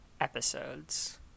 episodes